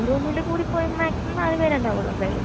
റൂമിൽ കൂടി പോയാൽ മാക്സിമം നാല് പേരെ ഉണ്ടാകുള്ളൂ എന്തായാലും